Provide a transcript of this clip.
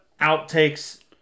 outtakes